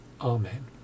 Amen